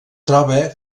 troba